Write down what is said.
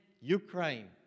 Ukraine